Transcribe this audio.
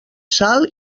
sal